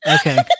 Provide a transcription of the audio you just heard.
okay